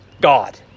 God